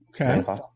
Okay